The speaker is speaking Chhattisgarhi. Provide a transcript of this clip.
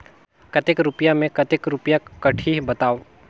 कतेक रुपिया मे कतेक रुपिया कटही बताव?